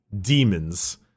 demons